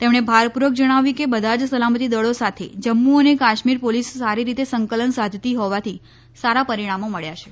તેમણે ભારપૂર્વક જણાવ્યું કે બધા જ સલામતી દળો સાથે જમ્મુ અને કાશ્મિર પોલીસ સારી રીતે સંકલન સાધતી હોવાથી સારા પરિણામો મબ્યા છે